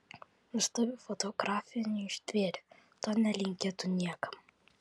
vestuvių fotografė neištvėrė to nelinkėtų niekam